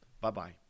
Bye-bye